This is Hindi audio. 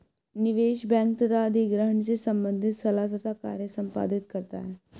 निवेश बैंक तथा अधिग्रहण से संबंधित सलाह तथा कार्य संपादित करता है